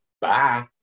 bye